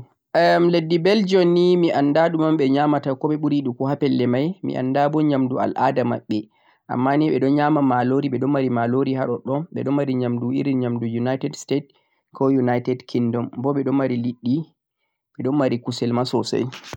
humming leddi Belgium ni mi annda lume un ɓe nyaamata ko ɓe ɓuri yiɗugo ha pelle may, mi annda bo nyaamndu al'aada maɓɓe, ammaaa ni ɓe ɗo nyaama maaloori, ɓe ɗon mari maaloori ha ɗoɗɗon nyaamndu irin nyaamndu United States, ko onited Kingɗum, bo ɓe ɗon mari liɗɗi, ɓe ɗon mari kusel ma soosay.